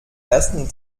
ersten